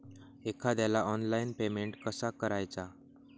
एखाद्याला online payment कसा करायचा?